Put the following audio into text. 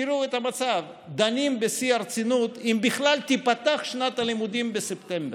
תראו את המצב: דנים בשיא הרצינות אם בכלל תיפתח שנת הלימודים בספטמבר,